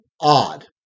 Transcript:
odd